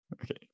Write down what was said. Okay